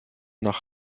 nach